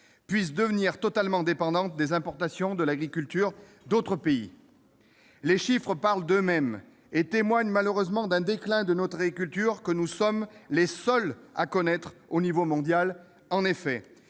puisse devenir totalement dépendante des importations de l'agriculture d'autres pays ? Les chiffres parlent d'eux-mêmes et témoignent malheureusement d'un déclin de notre agriculture, déclin que nous sommes les seuls à connaître au niveau mondial. En effet,